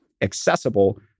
accessible